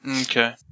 Okay